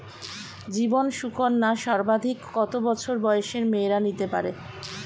জীবন সুকন্যা সর্বাধিক কত বছর বয়সের মেয়েরা নিতে পারে?